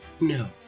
No